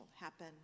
happen